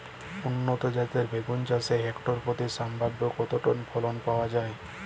উন্নত জাতের বেগুন চাষে হেক্টর প্রতি সম্ভাব্য কত টন ফলন পাওয়া যায়?